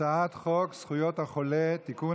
הצעת חוק זכויות החולה (תיקון,